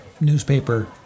newspaper